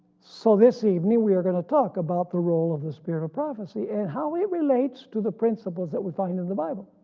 so this evening we are going to talk about the role of the spirit of prophecy and how it relates to the principles that we find in the bible.